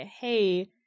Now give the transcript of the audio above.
hey